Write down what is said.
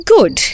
Good